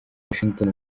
washington